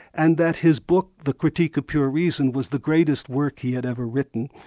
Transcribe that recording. and that his book, the critique of pure reason was the greatest work he had ever written,